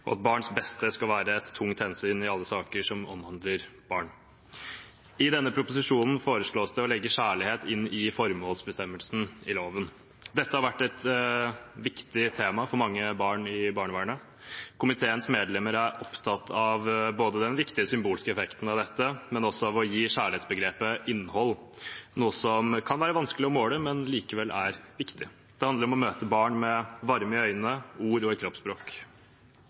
og at barns beste skal være et tungt hensyn i alle saker som omhandler barn. I denne proposisjonen foreslås det å legge «kjærlighet» inn i formålsbestemmelsen i loven. Dette har vært et viktig tema for mange barn i barnevernet. Komiteens medlemmer er opptatt av ikke bare den viktige symbolske effekten av dette, men også av å gi kjærlighetsbegrepet innhold, noe som kan være vanskelig å måle, men som likevel er viktig. Det handler om å møte barn med varme i øyne, ord og kroppsspråk. I